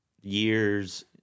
years